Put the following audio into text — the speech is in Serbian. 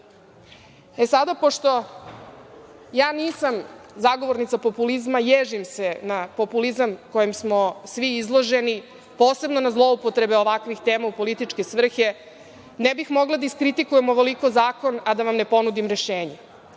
problem. Pošto ja nisam zagovornica populizma i ježim na populizam kojim smo svi izloženi, posebno na zloupotrebe ovakvih tema u političke svrhe, ne bih mogla da iskritikujem ovoliko zakon a da vam ne ponudim rešenje.